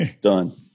done